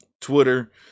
twitter